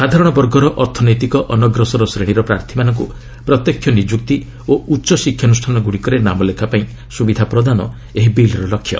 ସାଧାରଣ ବର୍ଗର ଅର୍ଥନୈତିକ ଅନଗ୍ରସର ଶ୍ରେଣୀର ପ୍ରାର୍ଥୀମାନଙ୍କୁ ପ୍ରତ୍ୟକ୍ଷ ନିଯୁକ୍ତି ଓ ଉଚ୍ଚଶିକ୍ଷାନୁଷ୍ଠାନଗୁଡ଼ିକରେ ନାମଲେଖା ପାଇଁ ସୁବିଧା ପ୍ରଦାନ ଏହି ବିଲ୍ର ଲକ୍ଷ୍ୟ